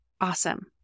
Awesome